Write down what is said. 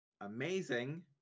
amazing